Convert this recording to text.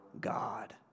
God